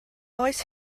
oes